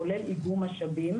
כולל איגום משאבים.